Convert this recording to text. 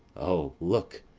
o, look!